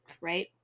Right